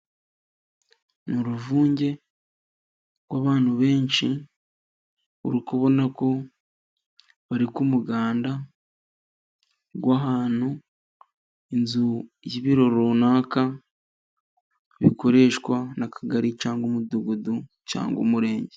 Mu ruvunge rw'abantu benshi, uri kubona ko bari ku muganda w'ahantu. Inzu y'ibiro runaka bikoreshwa n' akagari ,cyangwa umudugudu ,cyangwa umurenge.